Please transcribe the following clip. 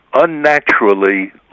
unnaturally